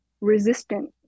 resistant